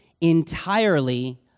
entirely